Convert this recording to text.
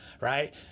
Right